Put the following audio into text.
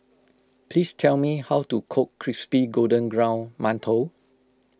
please tell me how to cook Crispy Golden Brown Mantou